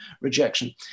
rejection